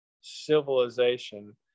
civilization